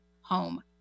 home